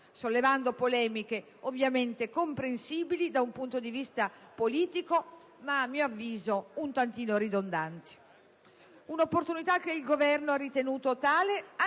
sollevando polemiche ovviamente comprensibili da un punto di vista politico, ma a mio avviso un tantino ridondanti. Si tratta di un'opportunità che il Governo ha ritenuto tale